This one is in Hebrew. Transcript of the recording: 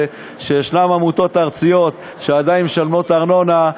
שיש עמותות ארציות שעדיין משלמות ארנונה,